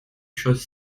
choses